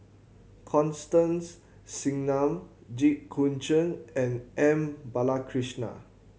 Constance Singam Jit Koon Ch'ng and M Balakrishnan